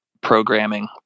programming